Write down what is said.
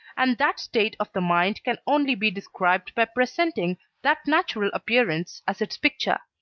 and that state of the mind can only be described by presenting that natural appearance as its picture.